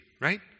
right